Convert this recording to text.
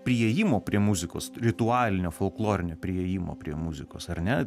priėjimo prie muzikos ritualinio folklorinio priėjimo prie muzikos ar ne